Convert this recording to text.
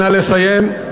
נא לסיים.